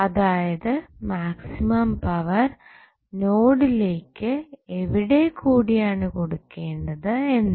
അതായതു maximum power നോഡിലേക്ക് എവിടെ കൂടിയാണ് കൊടുക്കേണ്ടത് എന്ന്